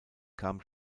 kam